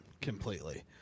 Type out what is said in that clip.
completely